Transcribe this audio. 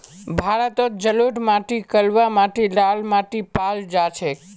भारतत जलोढ़ माटी कलवा माटी लाल माटी पाल जा छेक